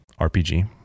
RPG